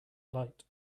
light